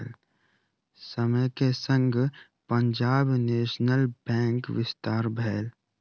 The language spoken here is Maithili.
समय के संग पंजाब नेशनल बैंकक विस्तार भेल